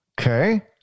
Okay